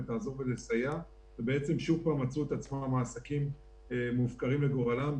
תעזור ותסייע ושוב פעם מצאו את עצמם העסקים מופקרים לגורלם,